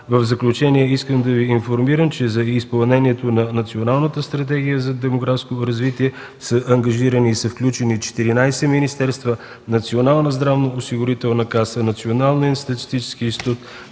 В заключение искам да Ви информирам, че за изпълнението на Националната стратегия за демографско развитие са ангажирани и са включени 14 министерства, Националната здравноосигурителна каса, Националният статистически институт,